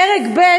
פרק ב',